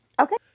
Okay